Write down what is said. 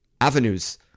avenues